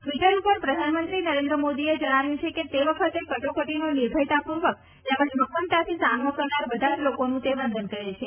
Twitter ઉપર પ્રધાનમંત્રી નરેન્દ્ર મોદીએ જણાવ્યું છે કે તે વખતે કટોકટીનો નિર્ભયતા પૂર્વક તેમજ મક્કમતાથી સામનો કરનાર બધા જ લોકોનું તે વંદન કરે છે